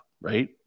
right